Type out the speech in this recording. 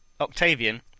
Octavian